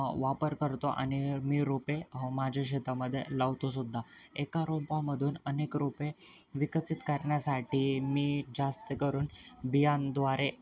वापर करतो आणि मी रोपे माझ्या शेतामध्ये लावतोसुद्धा एका रोपामधून अनेक रोपे विकसित करण्यासाठी मी जास्त करून बियाणद्वारे